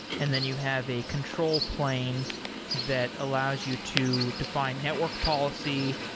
and then you have a control plane that allows you to define network policy,